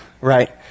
right